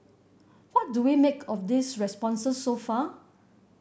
what do we make of these responses so far